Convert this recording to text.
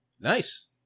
Nice